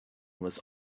was